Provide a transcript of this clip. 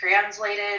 translated